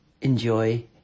enjoy